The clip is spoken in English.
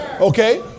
okay